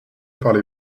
parlez